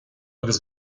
agus